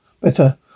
Better